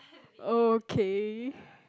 okay